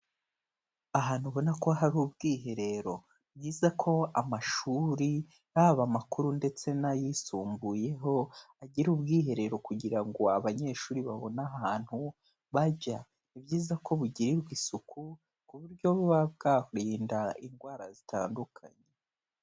Ahantu ubona ko hari ubwiherero, ni byiza ko amashuri yaba amakuru ndetse n'ayisumbuyeho agira ubwiherero kugira ngo abanyeshuri babone ahantu bajya . Ni byiza ko bugirirwa isuku ku buryo buba bwarinda indwara zitandukanye.